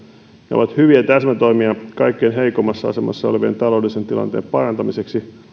ne ovat hyviä täsmätoimia kaikkein heikoimmassa asemassa olevien taloudellisen tilanteen parantamiseksi